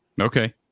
Okay